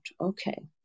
okay